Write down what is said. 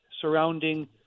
surrounding